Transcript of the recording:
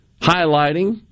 highlighting